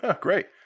Great